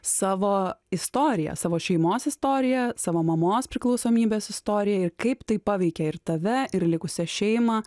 savo istorija savo šeimos istorija savo mamos priklausomybės istorija ir kaip tai paveikė ir tave ir likusią šeimą